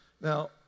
Now